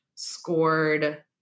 scored